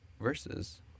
versus